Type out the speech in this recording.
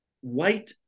white